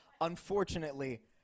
Unfortunately